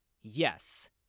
Yes